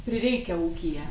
prireikia ūkyje